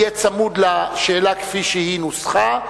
יהיה צמוד לשאלה כפי שהיא נוסחה,